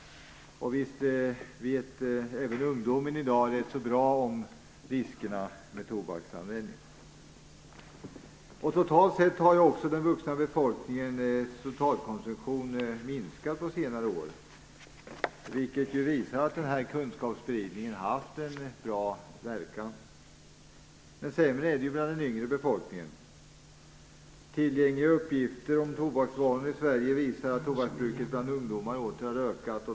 Och visst känner även ungdomen i dag rätt så bra till riskerna med tobaksanvändning. Totalt sett har ju också den vuxna befolkningens totalkonsumtion minskat under senare år, vilket visar att kunskapsspridningen har haft en bra verkan. Sämre är det bland den yngre befolkningen. Tillgängliga uppgifter om tobaksvanor i Sverige visar att tobaksbruket bland ungdomar åter har ökat.